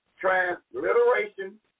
transliteration